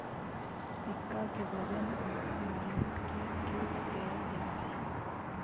सिक्का के वजन मानकीकृत कैल जा हई